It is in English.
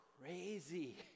crazy